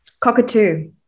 Cockatoo